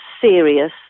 serious